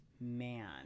man